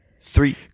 three